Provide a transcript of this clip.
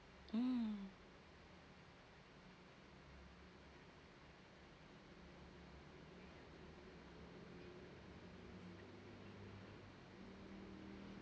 mm